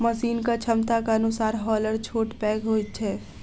मशीनक क्षमताक अनुसार हौलर छोट पैघ होइत छै